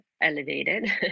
elevated